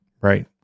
Right